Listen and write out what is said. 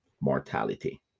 mortality